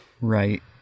Right